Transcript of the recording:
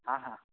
ಹಾಂ ಹಾಂ